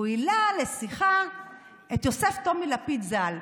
והוא העלה לשיחה את יוסף טומי לפיד ז"ל.